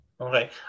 Okay